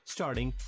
Starting